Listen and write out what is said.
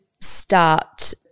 start